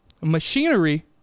machinery